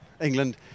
England